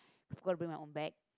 forgot to bring my own bag